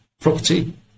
property